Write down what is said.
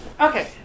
Okay